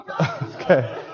Okay